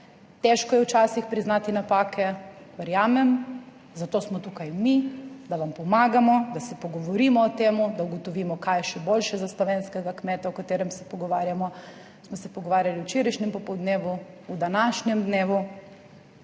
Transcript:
težko je včasih priznati napake, verjamem, zato smo tukaj mi, da vam pomagamo, da se pogovorimo o tem, da ugotovimo, kaj je še boljše za slovenskega kmeta o katerem se pogovarjamo, smo se pogovarjali na včerajšnjem popoldnevu, v današnjem dnevu,